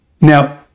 now